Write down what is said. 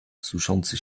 suszący